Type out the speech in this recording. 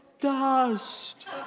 dust